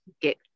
get